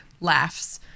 laughs